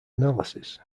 analysis